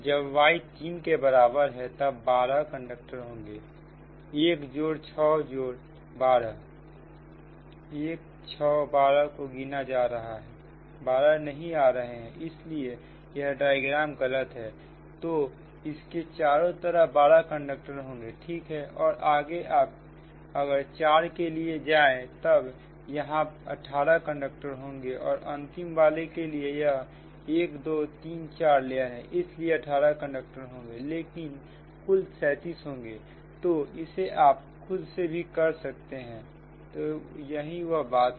जब y 3 के बराबर है तब 12 कंडक्टर होंगे 1 जोड़ 6 जोड़ 12 1 6 12 को गिना जा रहा है 12 नहीं आ रहा है इसलिए यह डायग्राम गलत है तो इसके चारों तरफ 12 कंडक्टर होंगे ठीक है और आगे आप अगर 4 के लिए जाए तब यहां 18 कंडक्टर होंगे और अंतिम वाले के लिए यहां 1 2 3 4 लेयर है इसलिए 18 कंडक्टर होंगे लेकिन कुल 37 होगा तो इसे आप खुद से भी कर सकते हैं तो यही वह बात है